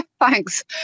Thanks